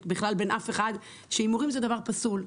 בכלל בין אף אחד שהימורים זה דבר פסול,